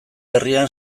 herrian